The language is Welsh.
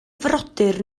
frodyr